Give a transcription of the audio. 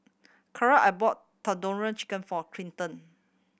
Kaaren I bought Tandoori Chicken for Clinton